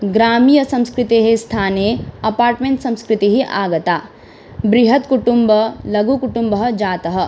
ग्रामीयसंस्कृतेः स्थाने अपार्ट्मेण्ट् संस्कृतिः आगता बृहन् कुटुम्बः लघुकुटुम्बः जातः